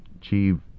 achieve